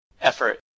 effort